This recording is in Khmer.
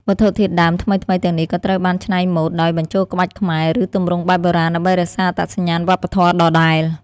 វត្ថុធាតុដើមថ្មីៗទាំងនេះក៏ត្រូវបានច្នៃម៉ូដដោយបញ្ចូលក្បាច់ខ្មែរ ឬទម្រង់បែបបុរាណ ដើម្បីរក្សាអត្តសញ្ញាណវប្បធម៌ដដែល។